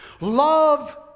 Love